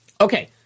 Okay